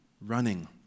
running